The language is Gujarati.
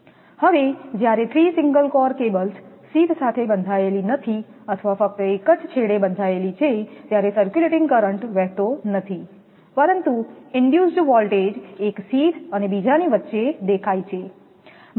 હવે જ્યારે 3 સિંગલ કોર કેબલ્સ શીથ સાથે બંધાયેલી નથી અથવા ફક્ત એક છેડે બંધાયેલી છે ત્યારે સર્ક્યુલેટિંગ કરંટ વહેતો નથી પરંતુ ઇન્ડયુઝડ વોલ્ટેજ એક શીથ અને બીજાની વચ્ચે દેખાય છે